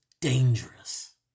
dangerous